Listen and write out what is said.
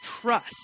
trust